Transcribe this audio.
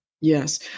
Yes